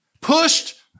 pushed